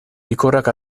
pikorrak